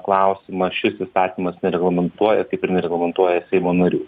klausimą šis įstatymas nereglamentuoja kaip ir nereglamentuoja seimo narių